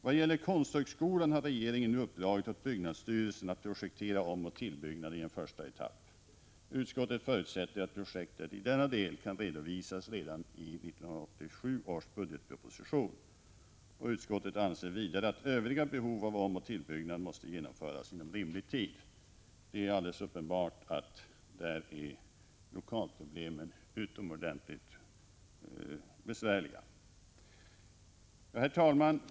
Vad gäller konsthögskolan har regeringen nu uppdragit åt byggnadsstyrelsen att projektera omoch tillbyggnad i en första etapp. Utskottet förutsätter att projektet i denna del kan redovisas redan i 1987 års budgetproposition. Utskottet anser vidare att övriga behov av omoch tillbyggnad måste genomföras inom rimlig tid. Det är alldeles uppenbart att konsthögskolans lokalproblem är utomordentligt besvärliga. Herr talman!